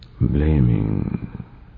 blaming